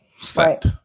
set